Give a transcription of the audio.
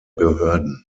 behörden